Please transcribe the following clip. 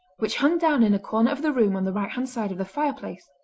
which hung down in a corner of the room on the right-hand side of the fireplace.